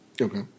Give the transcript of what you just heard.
Okay